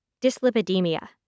Dyslipidemia